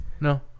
No